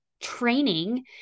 training